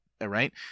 right